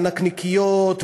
והנקניקיות,